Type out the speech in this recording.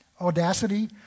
audacity